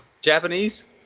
Japanese